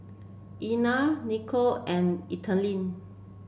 Erna Nicolle and Ethelene